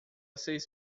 seis